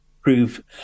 prove